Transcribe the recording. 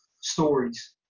stories